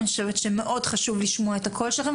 אני חושבת שמאוד חשוב לשמוע את הקול שלכם,